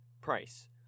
Price